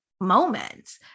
moments